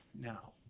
now